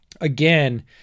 again